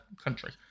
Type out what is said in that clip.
country